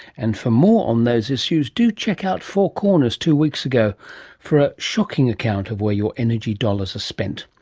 and for more on those issues do check out four corners two weeks ago for a shocking account of where your energy dollars are spent.